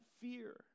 fear